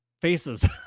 Faces